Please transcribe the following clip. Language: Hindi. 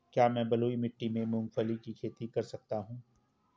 क्या मैं बलुई मिट्टी में मूंगफली की खेती कर सकता हूँ?